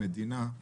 מדינה.